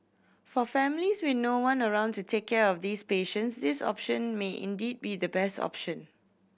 for families with no one around to take care of these patients this option may indeed be the best option